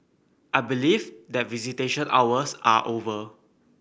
I believe that visitation hours are over